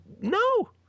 No